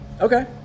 Okay